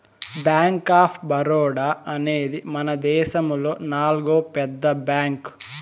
bank of Baroda అనేది మనదేశములో నాల్గో పెద్ద బ్యాంక్